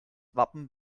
wappen